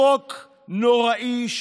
חוק נוראי,